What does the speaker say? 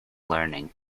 learning